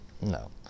No